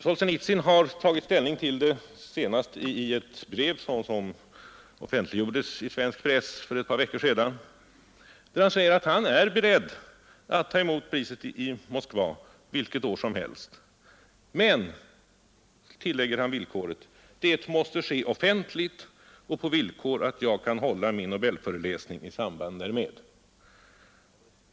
Solsjenitsyn har tagit ställning till det senast i ett brev, som offentliggjordes i svensk press för ett par veckor sedan, där han säger att han är beredd att ta emot priset i Moskva vilket år som helst. Men han tillägger att ”det måste ske offentligt och på villkor att jag kan hålla min Nobelföreläsning i samband därmed”.